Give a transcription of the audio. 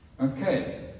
Okay